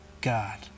God